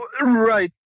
Right